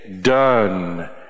done